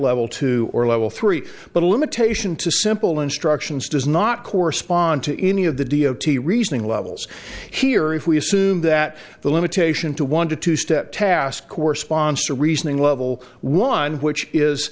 level two or level three but a limitation to simple instructions does not correspond to any of the d o t reasoning levels here if we assume that the limitation to one to two step task corresponds to reasoning level one which is